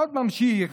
עוד ממשיך